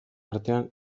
artean